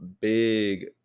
big